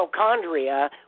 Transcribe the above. mitochondria